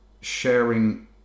sharing